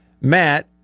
Matt